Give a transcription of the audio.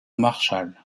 marshall